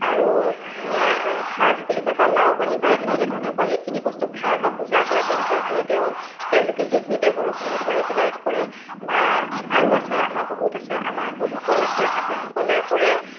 আৰু সাঁজ বুলি কয় বা লাওপানী বা এনেকৈ ধৰণে কয় সেইখিনি বস্তু খাই বা পূজা কৰে তেনেকুৱাখিনি তেওঁ তেওঁলোকে সেইখিনি দেৱৰস বুলি ধৰি পেলাই কৰে বা আৰু আছে আমাৰ বহুত আছে আমাৰ আহোমসকল আছে আহোমসকলে কৰে